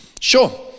Sure